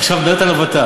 עכשיו את מדברת על הוות"ת.